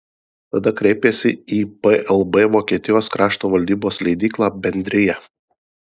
tada kreipėsi į plb vokietijos krašto valdybos leidyklą bendrija